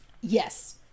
yes